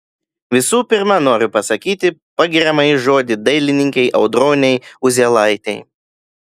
visų pirma noriu pasakyti pagiriamąjį žodį dailininkei audronei uzielaitei